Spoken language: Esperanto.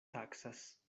taksas